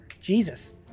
Jesus